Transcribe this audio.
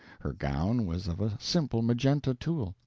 her gown was of a simple magenta tulle,